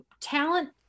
talent